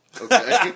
Okay